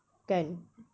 kan